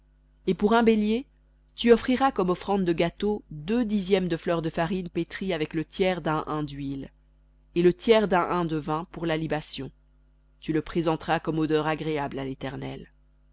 et pour un bélier tu offriras comme offrande de gâteau deux dixièmes de fleur de farine pétrie avec le tiers d'un hin dhuile et le tiers d'un hin de vin pour la libation tu le présenteras comme odeur agréable à l'éternel